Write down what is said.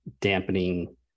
dampening